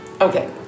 Okay